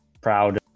proud